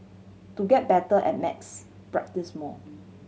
to get better at maths practise more